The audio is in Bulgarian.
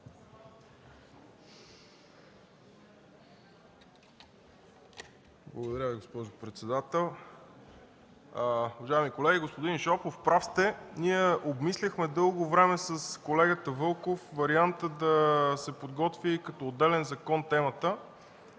Благодаря Ви, госпожо председател.